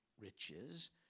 riches